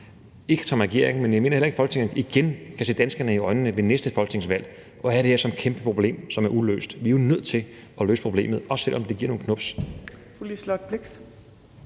ikke som regering, men heller ikke som Folketing – se danskerne i øjnene igen ved næste folketingsvalg, hvis vi har det her som et kæmpe problem, som er uløst. Vi er jo nødt til at løse problemet, også selv om det giver nogle knubs.